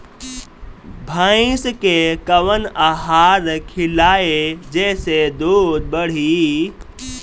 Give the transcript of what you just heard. भइस के कवन आहार खिलाई जेसे दूध बढ़ी?